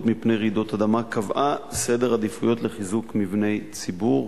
לרעידות אדמה קבעה סדר עדיפויות לחיזוק מבני ציבור.